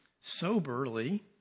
soberly